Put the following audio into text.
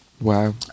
Wow